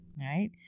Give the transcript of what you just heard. Right